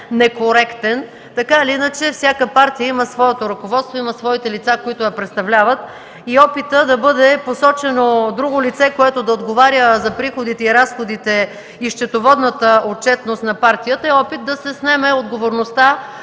некоректен. Всяка партия има своето ръководство и лица, които я представляват. Опитът да бъде посочено друго лице, което да отговаря за приходите, разходите и счетоводната отчетност на партията, е опит да се снеме отговорността